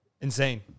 Insane